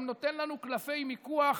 גם נותן לנו קלפי מיקוח.